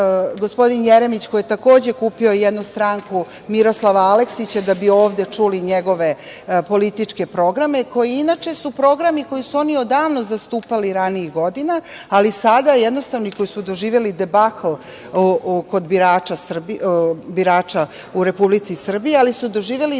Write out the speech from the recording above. gospodin Jeremić, koji je takođe kupio jednu stranku Miroslava Aleksića da bi ovde čuli njegove političke programe, koji su inače programi koje su oni odavno zastupali ranijih godina, ali sada, jednostavno, koji su doživeli debakl kod birača u Republici Srbiji, ali su doživeli i debakl